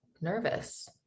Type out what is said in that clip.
nervous